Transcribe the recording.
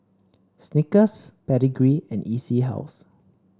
Snickers Pedigree and E C House